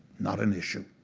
not an issue.